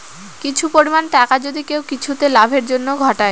কিছু পরিমাণ টাকা যদি কেউ কিছুতে লাভের জন্য ঘটায়